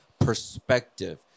perspective